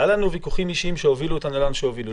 היו לנו ויכוחים אישיים שהובילו אותנו לאן שהובילו.